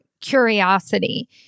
curiosity